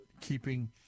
keeping